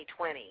2020